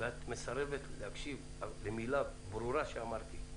ואת מסרבת להקשיב למילה ברורה שאמרתי.